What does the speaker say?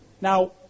Now